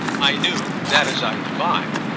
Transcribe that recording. i knew, that is i divined,